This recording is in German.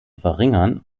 verringern